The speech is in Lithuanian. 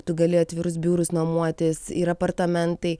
tu gali atvirus biurus nuomotis ir apartamentai